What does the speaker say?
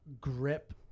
grip